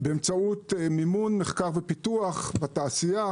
באמצעות מימון מחקר ופיתוח בתעשייה,